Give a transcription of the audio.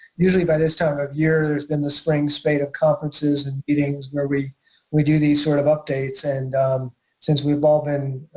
usually by this time of year there's been the spring spate of conferences and meetings where we we do these sort of updates, and since we've all been